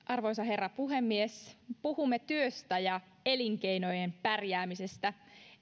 arvoisa herra puhemies puhumme työstä ja elinkeinojen pärjäämisestä